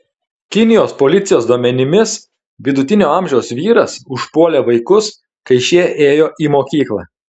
kinijos policijos duomenimis vidutinio amžiaus vyras užpuolė vaikus kai šie ėjo į mokyklą